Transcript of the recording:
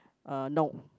uh no